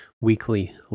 weekly